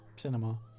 cinema